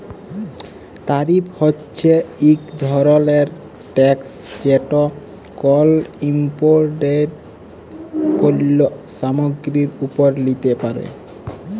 তারিফ হছে ইক ধরলের ট্যাকস যেট কল ইমপোর্টেড পল্য সামগ্গিরির উপর লিতে পারে